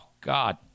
God